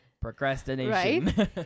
procrastination